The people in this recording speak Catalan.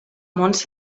montse